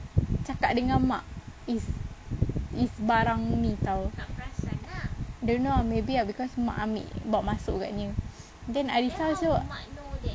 cakap dengan mak is is barang ni [tau] don't know ah maybe ah cause mak ambil buat masuk agaknya then arrisa also